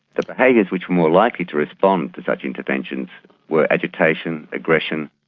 the behaviours which were more likely to respond and to intervention were agitation, aggression,